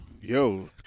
yo